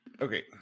okay